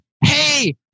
hey